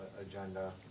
agenda